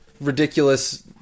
ridiculous